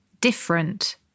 different